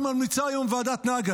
זה גם מה שממליצה היום ועדת נגל,